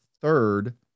third